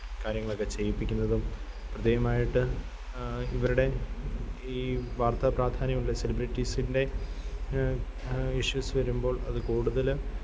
കാര്യങ്ങളൊക്കെ ചെയ്യിപ്പിക്കുന്നതും പ്രത്യേകമായിട്ട് ഇവരുടെ ഈ വാര്ത്താ പ്രാധാന്യമുള്ള സെലിബ്രിറ്റീസിന്റെ ഇഷ്യൂസ് വരുമ്പോള് അത് കൂടുതൽ